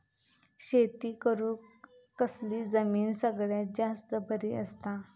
शेती करुक कसली जमीन सगळ्यात जास्त बरी असता?